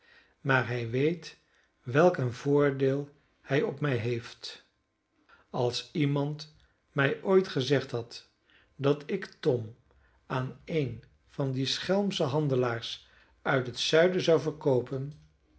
maar hij weet welk een voordeel hij op mij heeft als iemand mij ooit gezegd had dat ik tom aan een van die schelmsche handelaars uit het zuiden zou verkoopen